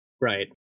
Right